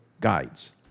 Guides